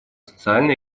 социально